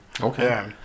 Okay